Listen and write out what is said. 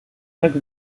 tak